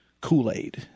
Kool-Aid